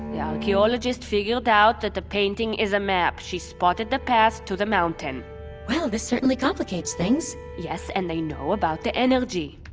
the archaeologist figured out the painting is a map, she spotted the path to the mountain well this certainly complicates things yes, and they know about the energy.